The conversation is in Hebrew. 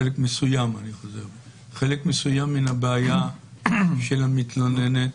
חלק מסוים מן הבעיה של המתלוננת